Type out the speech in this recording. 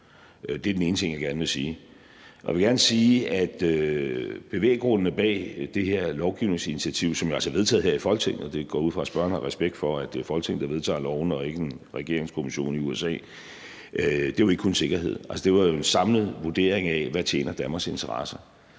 Det er den ene ting, jeg gerne vil sige. Den anden ting, jeg gerne vil sige, er, at bevæggrundene bag det her lovgivningsinitiativ, som jo altså er vedtaget her i Folketinget, og det går jeg ud fra spørgeren har respekt for, altså at det er Folketinget, der vedtager lovene, og ikke en regeringskommission i USA, ikke kun er sikkerhed. Altså, det var jo en samlet vurdering af, hvad der tjener Danmarks interesser,